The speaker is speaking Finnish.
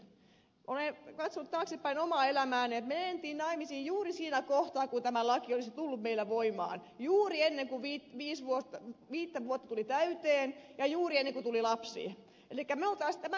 olen katsonut taaksepäin omaa elämääni että me menimme naimisiin juuri siinä kohtaa kun tämä laki olisi tullut meille voimaan juuri ennen kuin viisi vuotta tuli täyteen ja juuri ennen kuin tuli lapsi